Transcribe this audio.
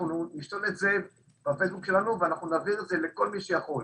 נשים את זה בפייסבוק שלנו ונעביר לכל מי שיכול.